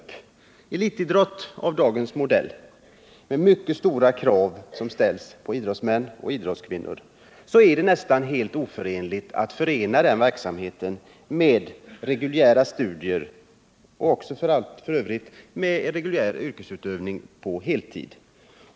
För elitidrotten med de mycket stora krav som ställs på idrottsmän och idrottskvinnor är det nästan helt omöjligt att förena den verksamheten med reguljära studier eller f. ö. reguljär yrkesutövning på heltid.